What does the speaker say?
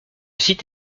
site